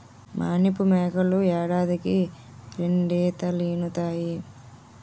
మానిపు మేకలు ఏడాదికి రెండీతలీనుతాయి